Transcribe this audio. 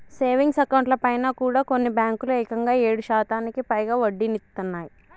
savings అకౌంట్లపైన కూడా కొన్ని బ్యేంకులు ఏకంగా ఏడు శాతానికి పైగా వడ్డీనిత్తన్నయ్